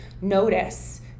notice